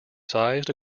sized